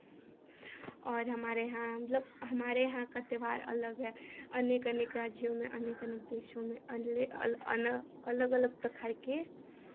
और हमारे यहाँ मतलब हमारे यहाँ का त्योहार अलग है अनेक अनेक राज्यों में अनेक अनेक देशों में अनले अना अलग अलग प्रकार के